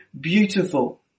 beautiful